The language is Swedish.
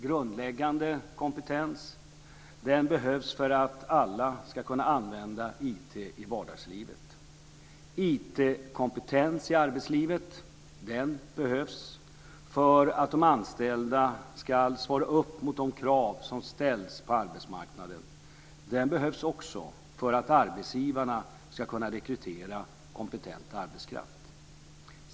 Grundläggande kompetens behövs för att alla ska kunna använda IT i vardagslivet. IT-kompetens i arbetslivet behövs för att de anställda ska motsvara de krav som ställs på arbetsmarknaden. Den behövs också för att arbetsgivarna ska kunna rekrytera kompetent arbetskraft.